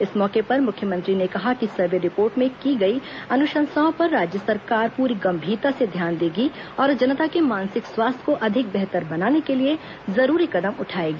इस मौके पर मुख्यमंत्री ने कहा कि सर्वे रिपोर्ट में की गई अनुशंसाओं पर राज्य सरकार पूरी गंभीरता से ध्यान देगी और जनता के मानसिक स्वास्थ्य को अधिक बेहतर बनाने के लिए जरूरी कदम उठाएगी